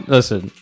Listen